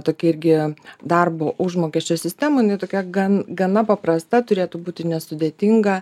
tokia irgi darbo užmokesčio sistema jinai tokia gan gana paprasta turėtų būti nesudėtinga